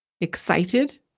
Excited